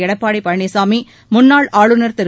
எடப்பாடி பழனிசாமி முன்னாள் ஆளுநர் திரு